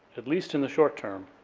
at least in the short term,